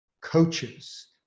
coaches